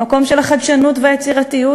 המקום של החדשנות והיצירתיות,